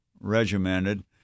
regimented